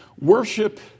worship